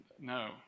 no